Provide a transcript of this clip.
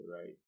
right